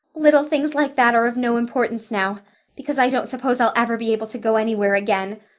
little things like that are of no importance now because i don't suppose i'll ever be able to go anywhere again.